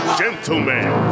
gentlemen